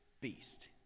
beast